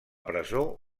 presó